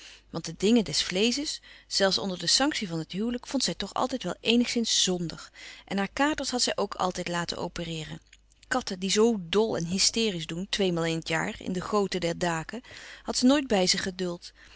want de dingen des vleesches zelfs onder de sanctie van het huwelijk vond zij toch altijd wel eenigszins zondig en haar katers had zij ook altijd laten opereeren katten die zoo dol en hysteriesch doen tweemaal in het jaar in de goten der daken had ze nooit bij zich geduld